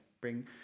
bring